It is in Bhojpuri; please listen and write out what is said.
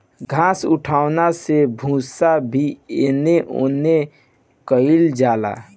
घास उठौना से भूसा भी एने ओने कइल जाला